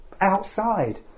outside